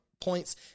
points